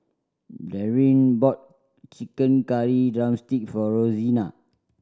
Darryn bought chicken curry drumstick for Rosena